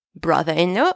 brother-in-law